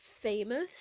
famous